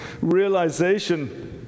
realization